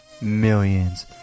millions